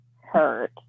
hurt